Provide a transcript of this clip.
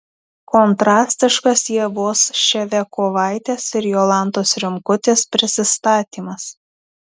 kontrastiškas ievos ševiakovaitės ir jolantos rimkutės prisistatymas